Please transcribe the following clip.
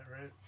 right